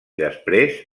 després